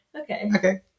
Okay